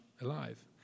alive